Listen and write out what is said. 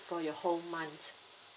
for your whole months